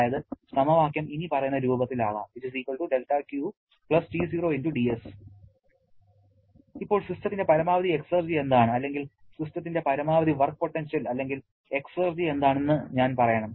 അതായത് സമവാക്യം ഇനിപ്പറയുന്ന രൂപത്തിൽ ആകാം δQ T0 dS ഇപ്പോൾ സിസ്റ്റത്തിന്റെ പരമാവധി എക്സർജി എന്താണ് അല്ലെങ്കിൽ സിസ്റ്റത്തിന്റെ പരമാവധി വർക്ക് പൊട്ടൻഷ്യൽ അല്ലെങ്കിൽ എക്സർജി എന്താണെന്ന് ഞാൻ പറയണം